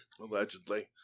Allegedly